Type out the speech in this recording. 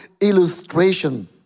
illustration